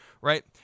right